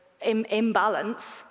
imbalance